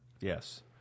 Yes